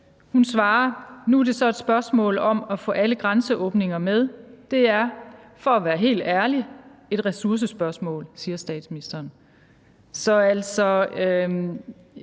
hudløst ærligt: »Nu er det så et spørgsmål om at få alle grænseåbninger med. Det er – for at være helt ærlig – et ressourcespørgsmål«. Så det